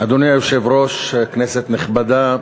אדוני היושב-ראש, כנסת נכבדה,